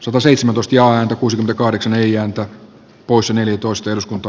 sataseitsemän plus ja akuusi akahdeksan eli antaa kuusi neljätoista eduskunta